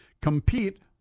compete